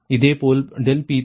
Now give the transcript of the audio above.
இதேபோல் ∆P3 க்கு 0